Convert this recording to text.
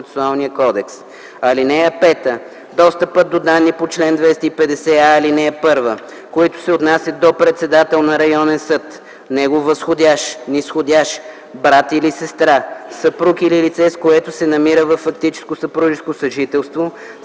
(5) Достъпът до данни по чл. 250а, ал. 1, които се отнасят до председател на районен съд, негов възходящ, низходящ, брат или сестра, съпруг или лице, с което се намира във фактическо съпружеско съжителство,